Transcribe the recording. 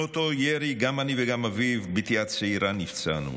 מאותו ירי גם אני וגם אביב, בתי הצעירה, נפצענו.